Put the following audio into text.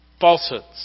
Falsehoods